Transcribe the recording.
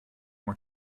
were